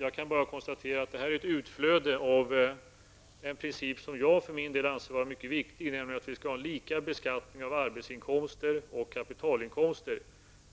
Jag kan bara konstatera att det här är ett utflöde av en princip som jag för min del anser vara mycket viktig, nämligen att vi skall ha lika beskattning av arbetsinkomster och kapitalinkomster.